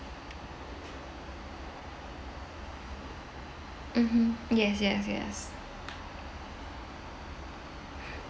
mmhmm yes yes yes